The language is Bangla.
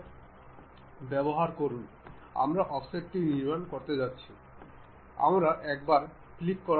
তারপরে এটি নিশ্চিত করবে যে পিনটি কেবল স্লটে থাকবে